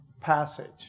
Passage